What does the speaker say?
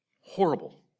horrible